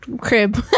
crib